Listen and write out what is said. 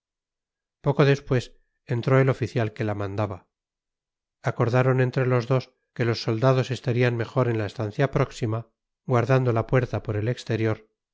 poco después entró el oficial que la mandaba acordaron entre los dos que los soldados estarían mejor en la estancia próxima guardando la puerta por el exterior